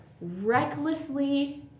recklessly